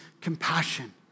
compassion